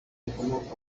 rikomoka